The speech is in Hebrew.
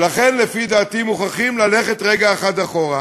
ולכן, לפי דעתי, מוכרחים ללכת רגע אחד אחורה,